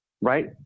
right